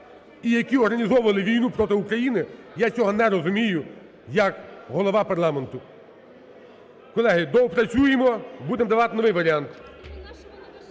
і які організовували війну проти України, я цього не розумію як голова парламенту. Колеги, доопрацюємо, будемо давати новий варіант.